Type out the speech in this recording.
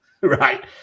right